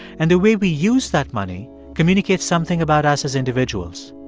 and the way we use that money communicates something about us as individuals.